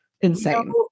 Insane